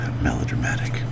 Melodramatic